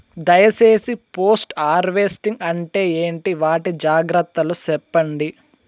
దయ సేసి post harvesting అంటే ఏంటి? వాటి జాగ్రత్తలు సెప్పండి?